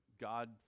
God